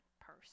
purse